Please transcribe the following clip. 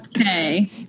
Okay